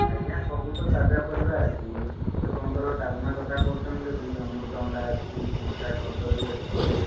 ଆଜ୍ଞା ସବୁ ତ ତାଜା ପରିବା ଅଛି ଆପଣଙ୍କର ଡାଲମା କଥା କହୁଛନ୍ତି ଯଦି ଅମୃତ ଭଣ୍ଡା ଅଛି କଞ୍ଚା କଦଳୀ ଅଛି